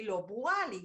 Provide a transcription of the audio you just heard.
היא לא ברורה לי.